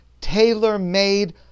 tailor-made